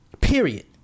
Period